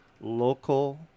local